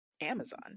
Amazon